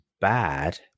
bad